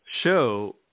show